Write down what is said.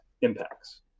impacts